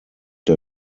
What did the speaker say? der